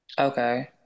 Okay